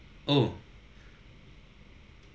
oh